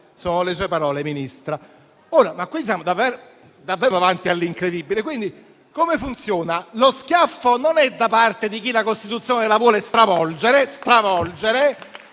Sono le sue parole, Ministra. Qui siamo davvero davanti all'incredibile. Come funziona? Lo schiaffo non è da parte di chi la Costituzione la vuole stravolgere.